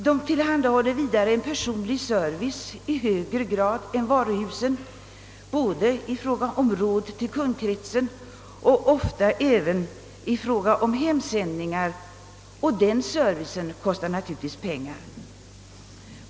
De tillhandahåller vidare en personlig service i högre grad än varuhusen i fråga om råd till kundkretsen och ofta även i fråga om hemsändningar, och sådan service kostar naturligtvis pengar.